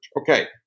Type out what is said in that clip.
Okay